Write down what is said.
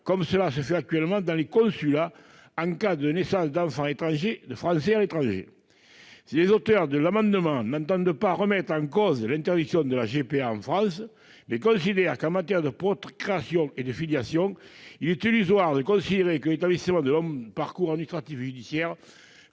comme cela se fait actuellement dans les consulats, en cas de naissance d'enfants français à l'étranger. Les auteurs de l'amendement n'entendent pas remettre en cause l'interdiction de la GPA en France, mais ils considèrent que, en matière de procréation et de filiation, il est illusoire de considérer que l'établissement de longs parcours administratifs et judiciaires